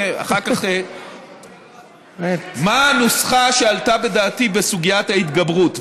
אחר כך מה הנוסחה שעלתה בדעתי בסוגיית ההתגברות?